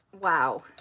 Wow